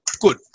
Good